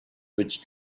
petit